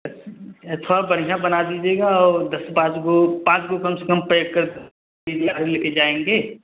अच्छा थोड़ा बढ़िया बना दीजिएगा और दस पाँच को पाँच को कम से कम पएक कर दीजिए हम लेके जाएँगे